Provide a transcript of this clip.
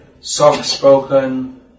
soft-spoken